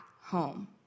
home